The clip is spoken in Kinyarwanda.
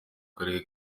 karere